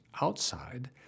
outside